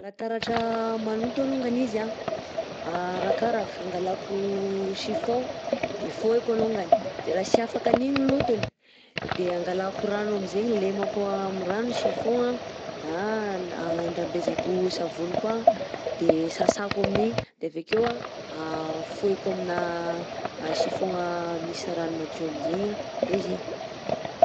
Raha taratra maloto alongany izy a arakaraka, angalako chiffon de faohiko alongany de raha tsy afaka an'igny lotony de angalako rano aminjegny lemako amin'ny rano chiffon, na na andrambezako savony koà de sasako amin'igny de avekeo a faohiko amina chiffon misy rano madio aminjegny de zegny.